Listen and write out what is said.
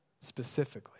specifically